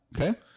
Okay